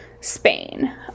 Spain